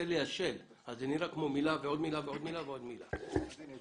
עלו